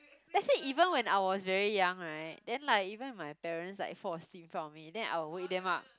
let's say even when I was very young right then like even if my parents like fall asleep in front of me then I will wake them up